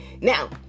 Now